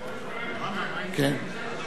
(תיקוני חקיקה),